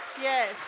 yes